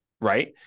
right